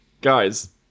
guys